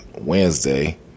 Wednesday